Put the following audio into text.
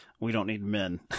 we-don't-need-men